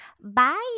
Bye